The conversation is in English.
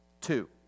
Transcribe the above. Two